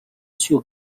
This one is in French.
sur